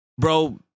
bro